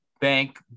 bank